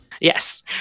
Yes